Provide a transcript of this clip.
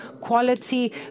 quality